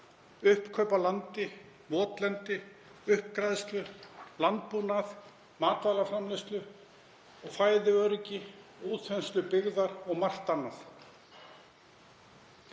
uppkaup á landi, votlendi, uppgræðsla, landbúnaður, matvælaframleiðsla, fæðuöryggi, útþensla byggðar og margt annað.